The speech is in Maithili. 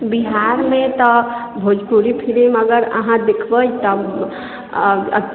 बिहारमे तऽ भोजपुरी फिल्म अगर अहाँ देखबै तब